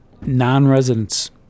Non-residents